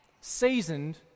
seasoned